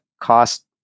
cost